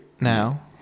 now